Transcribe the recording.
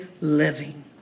living